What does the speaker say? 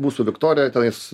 mūsų viktorija tenais